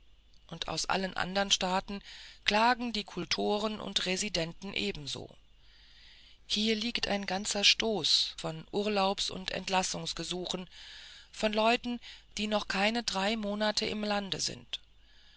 und aus allen andern staaten klagen die kultoren und residenten ebenso hier liegt ein ganzer stoß von urlaubs und entlassungsgesuchen von leuten die noch keine drei monate im lande sind